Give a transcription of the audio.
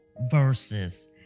verses